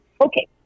Okay